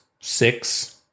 six